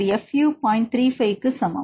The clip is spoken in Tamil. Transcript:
35 க்கு சமம்